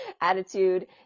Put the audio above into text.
attitude